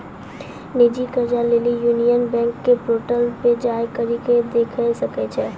निजी कर्जा लेली यूनियन बैंक के पोर्टल पे जाय करि के देखै सकै छो